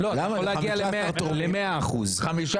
אין לקבל תרומה לפי סעיף זה אלא באמצעות אחד מאלה: (1)